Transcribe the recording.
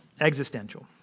Existential